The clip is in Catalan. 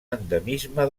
endemisme